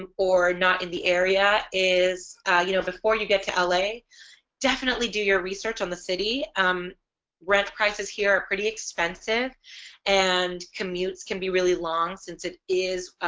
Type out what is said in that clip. and or not in the area is you know before you get to la definitely do your research on the city um rent prices here are pretty expensive and commutes can be really long since it is